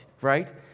right